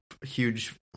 huge